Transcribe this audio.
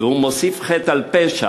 והוא מוסיף חטא על פשע,